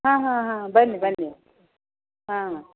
ಹಾಂ ಹಾಂ ಹಾಂ ಬನ್ನಿ ಬನ್ನಿ ಹಾಂ ಹಾಂ